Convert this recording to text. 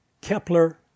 Kepler